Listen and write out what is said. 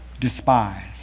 despise